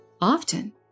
Often